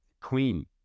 queen